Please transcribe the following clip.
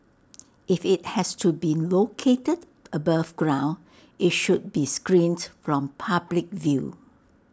if IT has to be located above ground IT should be screened from public view